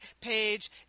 page